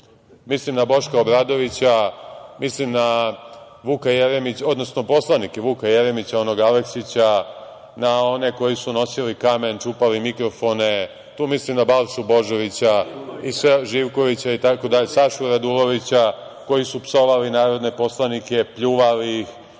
mislim na Boška Obradovića, poslanike Vuka Jeremića, onog Aleksića, na one koji su nosili kamen, čupali mikrofone, tu mislim na Balšu Božovića, Živkovića, Sašu Radulovića, koji su psovali narodne poslanike, pljuvali ih,